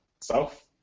South